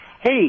Hey